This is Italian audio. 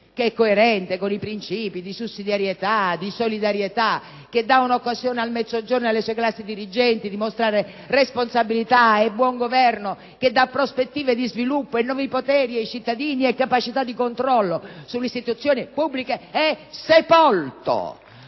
che è coerente con i principi di sussidiarietà e solidarietà, che dà un'occasione al Mezzogiorno e alle sue classi dirigenti di mostrare responsabilità e buon governo, che dà prospettive di sviluppo e nuovi poteri ai cittadini e capacità di controllo sulle istituzioni pubbliche, è sepolto!